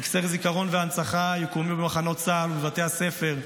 טקסי זיכרון והנצחה יקוימו במחנות צה"ל ובבתי הספר,